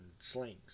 slings